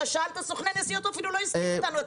שאלת על סוכני נסיעות הוא אפילו לא הזכיר אותנו,